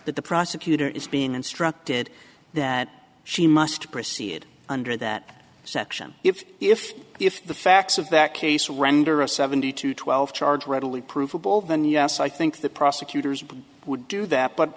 the prosecutor is being instructed that she must proceed under that section if if if the facts of that case render a seventy two twelve charge readily provable then yes i think the prosecutors would do that but